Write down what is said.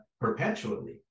perpetually